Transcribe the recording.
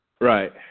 Right